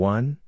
One